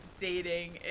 dating